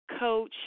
coach